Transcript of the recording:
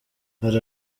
hari